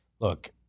Look